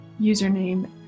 username